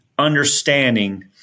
understanding